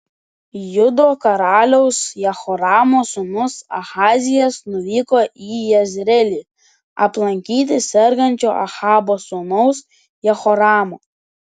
judo karaliaus jehoramo sūnus ahazijas nuvyko į jezreelį aplankyti sergančio ahabo sūnaus jehoramo